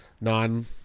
non-